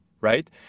right